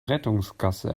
rettungsgasse